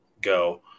go